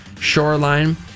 shoreline